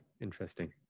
Interesting